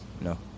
No